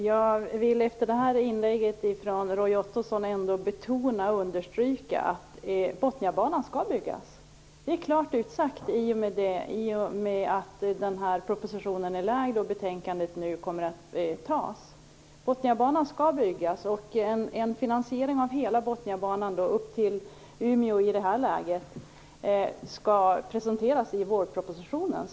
Fru talman! Efter det här inlägget från Roy Ottosson vill jag betona och understryka att Botniabanan skall byggas. Det är klart utsagt i och med att den här propositionen är framlagd och betänkandet nu behandlas. Botniabanan skall byggas. En finansiering av hela Botniabanan upp till Umeå, som det ser ut i det här läget, skall presenteras i vårpropositionen.